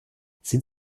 sind